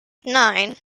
nine